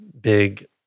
big